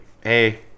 hey